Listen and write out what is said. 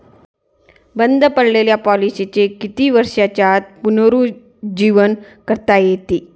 बंद पडलेल्या पॉलिसीचे किती वर्षांच्या आत पुनरुज्जीवन करता येते?